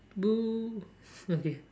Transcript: boo okay